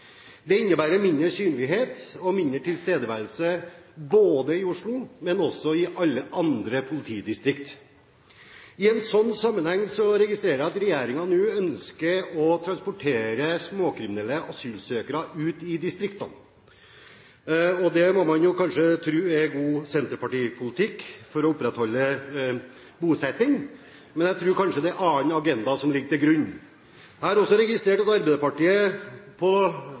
Det innebærer mindre synlighet og mindre tilstedeværelse både i Oslo og i alle andre politidistrikter. I en slik sammenheng registrerer jeg at regjeringen nå ønsker å transportere småkriminelle asylsøkere ut i distriktene. Det må man jo kanskje tro er god senterpartipolitikk for å opprettholde bosetting, men jeg tror kanskje det er en annen agenda som ligger til grunn. Jeg har også registrert at Arbeiderpartiet på